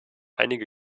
einige